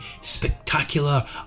spectacular